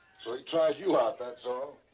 so he tried you out, that's all.